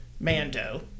Mando